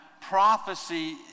Prophecy